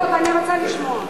אני רוצה לשמוע.